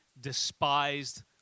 despised